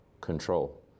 control